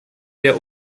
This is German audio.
der